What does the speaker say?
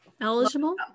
Eligible